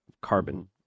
carbon